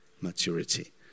maturity